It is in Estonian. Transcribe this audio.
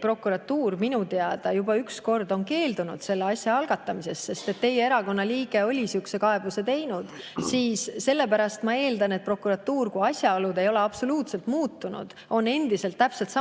Prokuratuur minu teada juba üks kord on keeldunud selle asja algatamisest, kui teie erakonna liige oli sihukese kaebuse teinud. Ma eeldan, et prokuratuur, kui asjaolud ei ole absoluutselt muutunud, on endiselt täpselt samasugusel